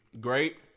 Great